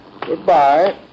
Goodbye